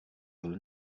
byl